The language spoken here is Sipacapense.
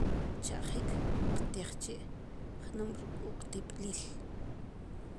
Kcheq'jik qtij chi jnum rik' wu qtiplil